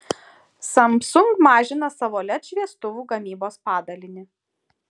samsung mažina savo led šviestuvų gamybos padalinį